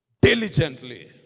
diligently